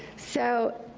so,